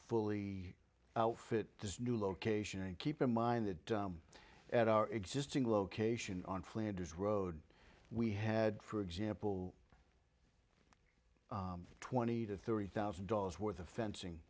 fully outfit this new location and keep in mind that dumb at our existing location on flanders road we had for example twenty to thirty thousand dollars worth of fencing